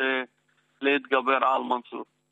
החשש הכי גדול שלו היה מכך שהזהות שלו תתגלה בתקשורת וכולם ידעו שהוא